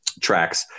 tracks